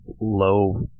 low